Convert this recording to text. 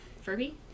Furby